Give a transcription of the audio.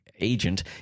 agent